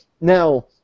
Now